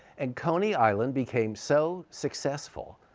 and coney island became so successful